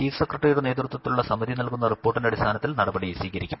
chief സെക്രട്ടറിയുടെ നേതൃത്വത്തിലുള്ള സമിതി നൽകുന്ന റിപ്പോർട്ടിന്റെ അടിസ്ഥാനത്തിൽ നടപടി സ്വീകരിക്കും